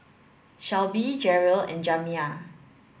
Shelbie Jerrell and Jamiya